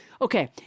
Okay